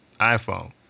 iPhone